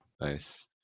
Nice